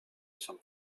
some